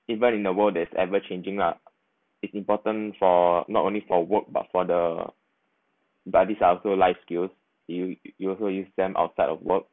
people in the world there's ever changing lah is important for not only for work but for the bodies uh also life skills you you also use them outside of work